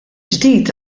ġdid